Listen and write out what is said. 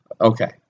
Okay